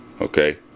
Okay